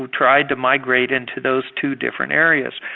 tried to migrate into those two different areas.